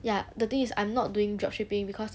ya the thing is I'm not doing dropshipping because